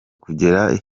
kugera